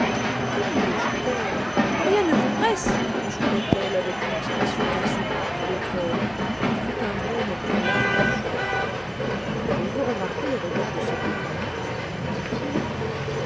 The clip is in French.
et comme il hésitait que rien ne vous presse ajouta-t-elle avec une expression d'insultante hauteur qui fut un baume pour l'âme de julien avez-vous remarqué le regard de ce petit monstre lui dit-il